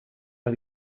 los